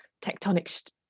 tectonic